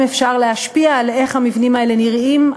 אפשר להשפיע על איך המבנים האלה נראים,